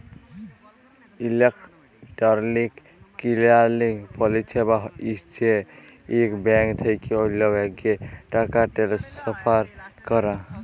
electronic clearing পরিছেবা হছে ইক ব্যাংক থ্যাইকে অল্য ব্যাংকে টাকা টেলেসফার ক্যরা